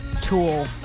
tool